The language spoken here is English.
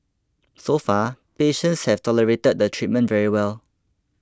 so far patients have tolerated the treatment very well